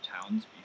Towns